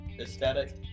aesthetic